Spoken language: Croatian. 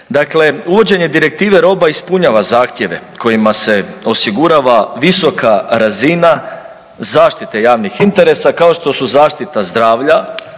dakle, uvođenje direktive roba ispunjava zahtjeve kojima se osigurava visoka razina zaštite javnih interesa kao što su zaštita zdravlja,